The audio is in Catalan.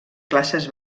classes